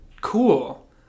cool